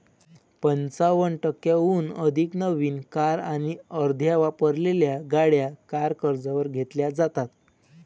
पंचावन्न टक्क्यांहून अधिक नवीन कार आणि अर्ध्या वापरलेल्या गाड्या कार कर्जावर घेतल्या जातात